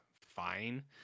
fine